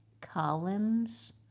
Columns